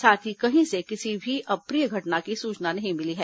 साथ ही कही से किसी भी अप्रिय घटना की सुचना नहीं मिली है